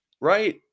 right